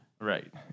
Right